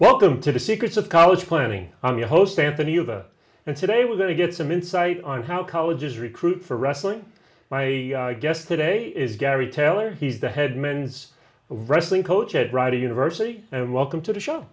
welcome to the secrets of college planning on the host anthony and today we're going to get some insight on how colleges recruit for wrestling my guest today is gary taylor he's the head men's wrestling coach at rider university and welcome to the show